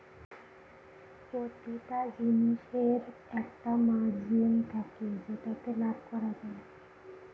প্রতিটা জিনিসের একটা মার্জিন থাকে যেটাতে লাভ করা যায়